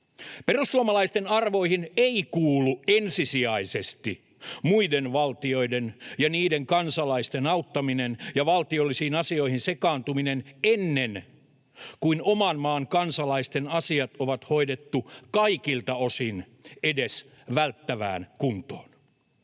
Perussuomalaisten arvoihin ei kuulu ensisijaisesti muiden valtioiden ja niiden kansalaisten auttaminen ja valtiollisiin asioihin sekaantuminen, ennen kuin oman maan kansalaisten asiat on hoidettu kaikilta osin edes välttävään kuntoon.